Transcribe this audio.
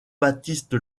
baptiste